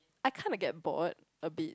I kind of get bored a bit